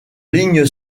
lignes